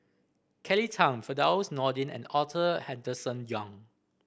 Kelly Tang Firdaus Nordin and Arthur Henderson Young